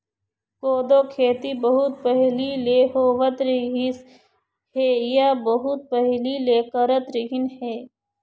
कोदो खेती बहुत पहिली ले होवत रिहिस हे या बहुत पहिली ले करत रिहिन हे